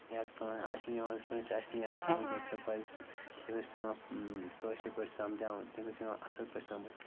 یا کانٛہہ آسہِ نہٕ یِوان کٲنٛسہِ آسہِ نہٕ یِوان سَمٕج کیٚنٛہہ سُہ پَزِ تٔمِس پٮ۪وان کٲشِرۍ پٲٹھۍ سَمجاوُن تٔمِس یِوان اَصٕل پٲٹھۍ سَمٕج